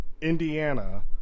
indiana